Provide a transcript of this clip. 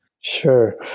Sure